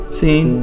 seen